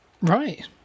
Right